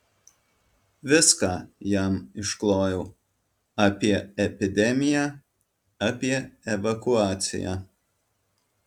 viską jam išklojau apie epidemiją apie evakuaciją